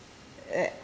uh